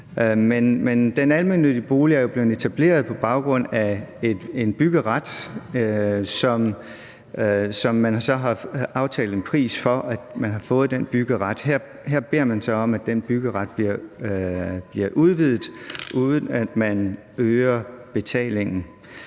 den almennyttige bolig er jo blevet etableret på baggrund af en byggeret, som man så har aftalt en pris for at man har fået. Her beder man så om, at den byggeret bliver udvidet, uden at man øger betalingen.